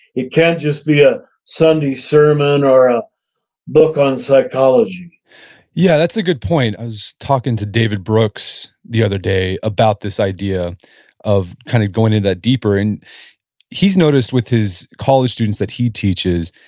it can't just be a sunday sermon or a book on psychology yeah, that's a good point. i was talking to david brooks the other day about this idea of kind of going into that deeper, and he's noticed with his college students that he teaches,